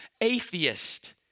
atheist